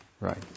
right